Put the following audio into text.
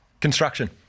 Construction